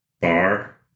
bar